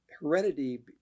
heredity